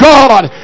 God